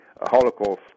Holocaust